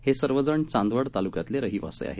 हे सर्वजण चांदवड तालुक्यातले रहिवासी आहेत